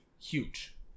Huge